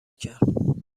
کرد